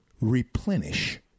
replenish